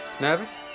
Nervous